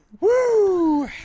Woo